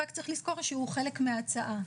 רק צריך לזכור שהוא חלק מההצעה.